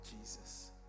Jesus